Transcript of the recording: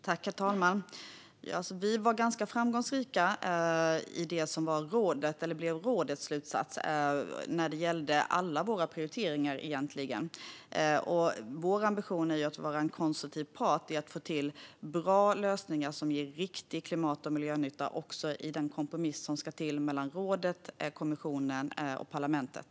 Herr talman! Vi var ganska framgångsrika i det som blev rådets slutsats när det gällde alla våra prioriteringar. Vår ambition är att vara en konstruktiv part i att få till bra lösningar som ger riktig klimat och miljönytta också i den kompromiss som ska till mellan rådet, kommissionen och parlamentet.